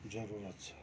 जरुरत छ